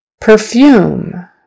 Perfume